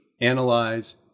analyze